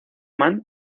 man